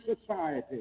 society